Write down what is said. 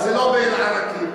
בטח לא באל-עראקיב.